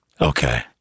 Okay